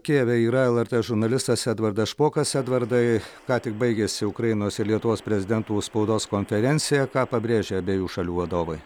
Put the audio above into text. kijeve yra lrt žurnalistas edvardas špokas edvardai ką tik baigėsi ukrainos ir lietuvos prezidentų spaudos konferencija ką pabrėžia abiejų šalių vadovai